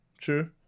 true